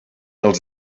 els